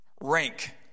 rank